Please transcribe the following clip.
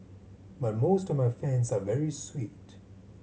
but most of my fans are very sweet